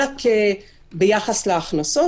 אלא ביחס להכנסות.